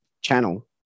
channel